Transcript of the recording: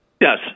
Yes